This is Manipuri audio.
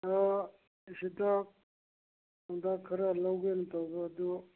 ꯍꯤꯗꯥꯛ ꯅꯨꯡꯗꯥꯛ ꯈꯔ ꯂꯧꯒꯦꯅ ꯇꯧꯕ ꯑꯗꯨ